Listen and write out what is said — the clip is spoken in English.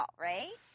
right